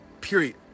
period